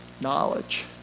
Knowledge